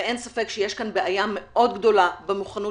ואין ספק שיש כאן בעיה גדולה מאוד במוכנות